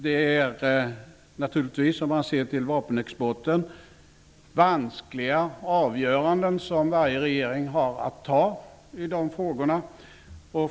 Det är naturligtvis -- t.ex. när det gäller vapenexporten -- vanskliga avgöranden som varje regering har att fatta i de frågorna.